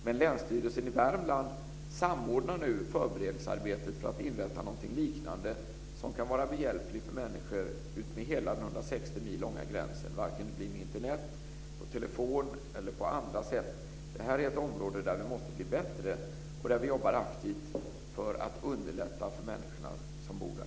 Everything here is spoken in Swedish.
Men Länsstyrelsen i Värmland samordnar nu förberedelsearbetet för att inrätta någonting liknande som kan vara människor behjälpligt utmed hela den 160 mil långa gränsen, vare sig det blir med Internet, telefon eller på andra sätt. Det här är ett område där vi måste bli bättre, där vi jobbar aktivt för att underlätta för de människor som bor där.